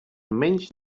menys